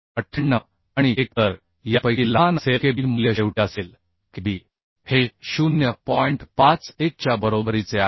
98 आणि 1 तर यापैकी लहान असेल K b मूल्य शेवटी असेल K b हे 0 च्या बरोबरीचे आहे